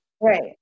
Right